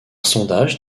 sondage